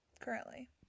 currently